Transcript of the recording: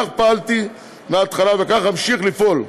כך פעלתי מההתחלה וכך אמשיך לפעול.